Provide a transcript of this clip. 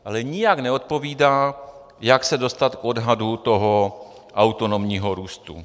Ale nijak neodpovídá, jak se dostat k odhadu toho autonomního růstu.